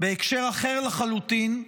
בהקשר אחר לחלוטין,